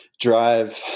drive